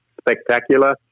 spectacular